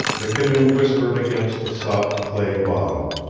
the canoe whispered against the soft clay bottom.